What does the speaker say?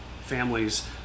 families